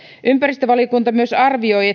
ympäristövaliokunta myös arvioi